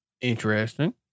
Interesting